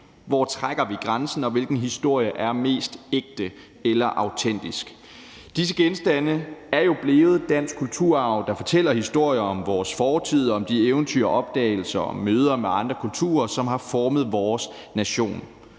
Hvor trækker vi grænsen, og hvilken historie er mest ægte eller autentisk? Disse genstande er jo blevet dansk kulturarv, der fortæller historier om vores fortid og om de eventyr, opdagelser og møder med andre kulturer, som har formet vores nation,